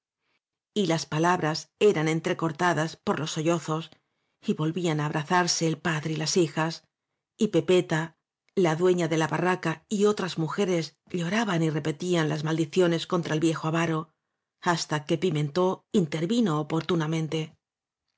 las palabras eran entrecortadas por los sollozos y volvían á abrazarse el padre y las hijas y pepeta la dueña de la barraca y otras mujeres lloraban y repetían las maldiciones contra el viejo avaro hasta que pimentó in tervino oportunamente